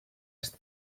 est